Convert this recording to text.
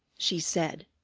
she said.